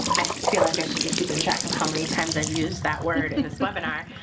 i feel like i should be keeping track of how many times i've used that word in this webinar.